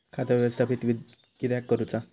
खाता व्यवस्थापित किद्यक करुचा?